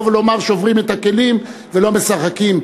ולומר: שוברים את הכלים ולא משחקים.